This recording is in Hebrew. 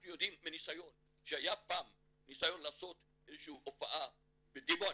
אנחנו יודעים מניסיון שהיה פעם ניסיון לעשות איזושהי הופעה בדימונה.